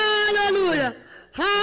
Hallelujah